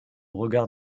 regard